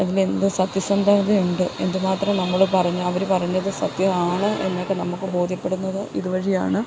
അതിന് എന്ത് സത്യസന്ധത ഉണ്ട് എന്ത്മാത്രം നമ്മൾ പറഞ്ഞ് അവർ പറഞ്ഞത് സത്യവാണ് എന്നൊക്കെ നമുക്ക് ബോധ്യപ്പെടുന്നത് ഇതുവഴിയാണ്